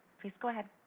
please go ahead